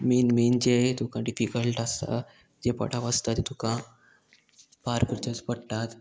main मेन जे तुका डिफिकल्ट आसता जे पडाव आसता तें तुका पार करचेच पडटात